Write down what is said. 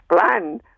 plan